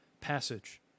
passage